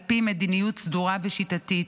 על פי מדיניות סדורה ושיטתית.